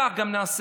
כך גם נעשה,